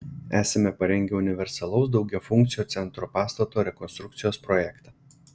esame parengę universalaus daugiafunkcio centro pastato rekonstrukcijos projektą